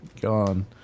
gone